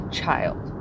child